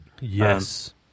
yes